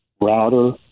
router